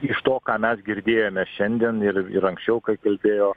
iš to ką mes girdėjome šiandien ir ir anksčiau kai kalbėjo